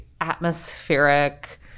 atmospheric